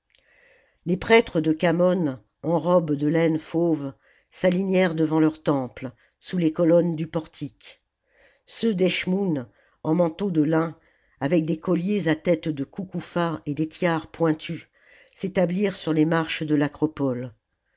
les prêtres de khamon en robes de laine fauve s'alignèrent devant leur temple sous les colonnes du portique ceux d'eschmoûn en manteaux de lin avec des colliers à têtes de coucoupha et des tiares pointues s'établirent sur les marches de l'acropole